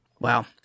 Wow